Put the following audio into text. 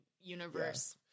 universe